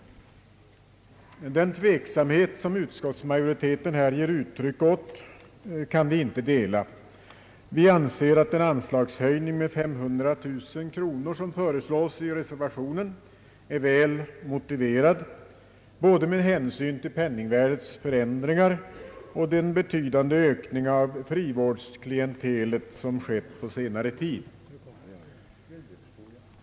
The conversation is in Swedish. Den tveksamhet som utskottsmajoriteten här ger uttryck åt kan vi inte dela. Vi anser att en anslagshöjning med 500 000 kronor, som föreslås i reservationen, är väl motiverad med hänsyn till både penningvärdets förändring och den betydande ökning av frivårdsklientelet som har skett på senare tid.